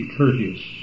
courteous